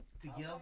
together